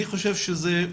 אני חושב שזה,